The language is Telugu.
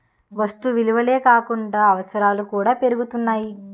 వస్తు విలువలే కాకుండా అవసరాలు కూడా పెరుగుతున్నాయి